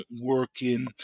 working